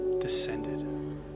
descended